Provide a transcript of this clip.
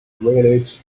village